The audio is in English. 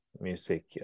music